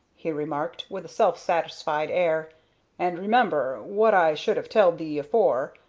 he remarked, with a self-satisfied air and remember, what i should have telled thee afore,